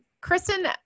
Kristen